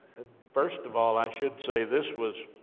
first of all, i should say this was,